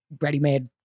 ready-made